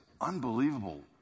unbelievable